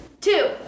Two